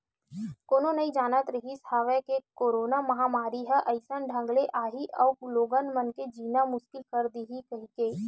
कोनो नइ जानत रिहिस हवय के करोना महामारी ह अइसन ढंग ले आही अउ लोगन मन के जीना मुसकिल कर दिही कहिके